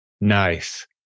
Nice